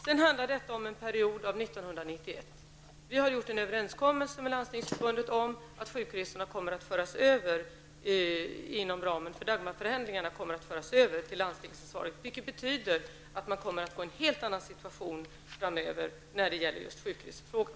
Detta handlar om en period under 1991. Vi har gjort en överenskommelse med Landstingsförbundet om att sjukresorna inom ramen för Dagmarförändringarna kommer att föras över till landstingsansvar, vilket betyder att man kommer att få en helt annan situation framöver när det gäller just sjukresefrågan.